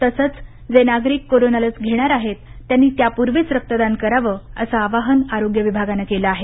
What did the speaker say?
तसंच जे नागरिक कोरोना लस घेणार आहेत त्यांनी त्यापूर्वीच रक्तदान करावं असं आवाहन आरोग्य विभागानं केलं आहे